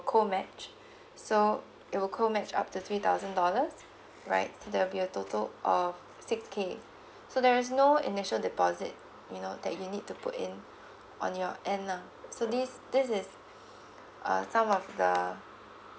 co match so it will co match up to three thousand dollars right so there will be a total of six K so there is no initial deposit you know that you need to put in on your end lah so these this is uh some of the